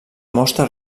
mostra